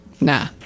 Nah